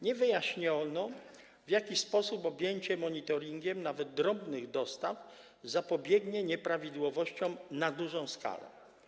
Nie wyjaśniono, w jaki sposób objęcie monitoringiem nawet drobnych dostaw zapobiegnie nieprawidłowościom na dużą skalę.